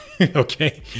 Okay